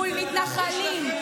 מול מתנחלים,